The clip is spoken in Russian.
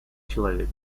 человек